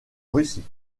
russie